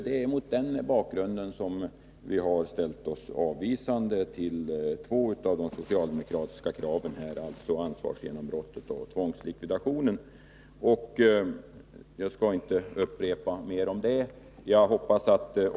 Det är mot den bakgrunden vi har ställt oss avvisande till två av de socialdemokratiska kraven, nämligen frågan om ansvarsgenombrott och reglerna om tvångslikvidation. Jag skall inte upprepa mina argument.